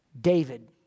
David